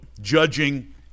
judging